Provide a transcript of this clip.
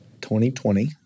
2020